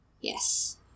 Yes